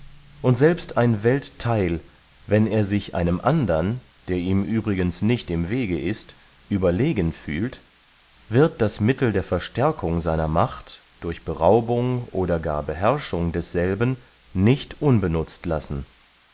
und selbst ein welttheil wenn er sich einem andern der ihm übrigens nicht im wege ist überlegen fühlt wird das mittel der verstärkung seiner macht durch beraubung oder gar beherrschung desselben nicht unbenutzt lassen